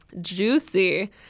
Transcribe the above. Juicy